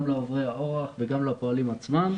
גם לעוברי האורח וגם לפועלים עצמם.